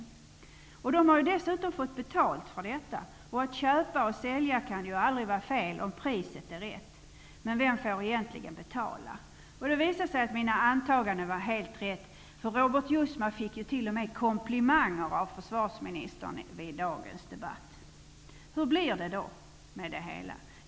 Det har nydemokraterna dessutom fått betalt för. Att köpa och sälja kan ju aldrig vara fel, om priset är rätt. Men vem får egentligen betala? Det visar sig att mina antaganden var helt rätt, för Robert Jousma fick t.o.m. komplimang av försvarsministern i dagens debatt. Hur blir det då med det hela?